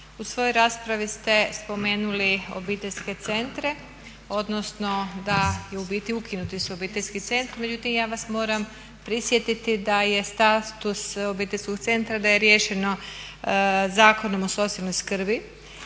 u svojoj raspravi ste spomenuli obiteljske centre odnosno da su u biti ukinuti obiteljski centri, međutim ja vas moram prisjetiti da je status obiteljskog centra da je riješeno Zakonom o socijalnoj skrbi